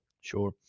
sure